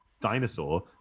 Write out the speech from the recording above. dinosaur